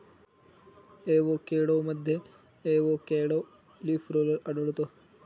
एवोकॅडोमध्ये avocado leaf roller आढळतो